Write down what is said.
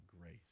grace